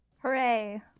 Hooray